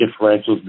differentials